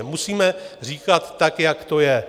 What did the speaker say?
Musíme to říkat tak, jak to je.